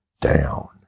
down